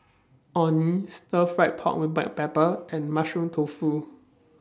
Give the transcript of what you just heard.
Orh Nee Stir Fry Pork with Black Pepper and Mushroom Tofu